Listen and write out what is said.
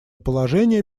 положение